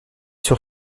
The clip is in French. sur